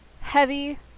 heavy